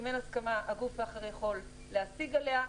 אם אין הסכמה הגוף האחר יכול להשיג עליה,